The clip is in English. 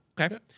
Okay